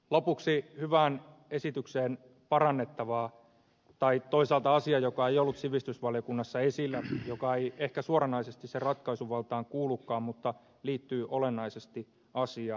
lopuksi hyvään esitykseen parannettavaa tai toisaalta asia joka ei ollut sivistysvaliokunnassa esillä ja joka ei ehkä suoranaisesti sen ratkaisuvaltaan kuulukaan mutta liittyy olennaisesti asiaan